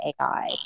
AI